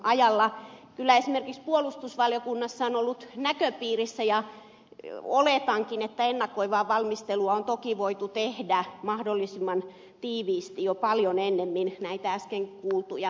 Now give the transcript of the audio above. kyllä esimerkiksi puolustusvaliokunnassa tämä on ollut näköpiirissä ja oletankin että ennakoivaa valmistelua on toki voitu tehdä mahdollisimman tiiviisti jo paljon ennen näitä äsken kuultuja määräaikoja